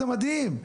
זה מדהים.